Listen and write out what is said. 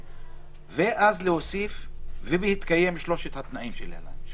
ואז להוסיף: "ובהתקיים שלושת התנאים שלהלן".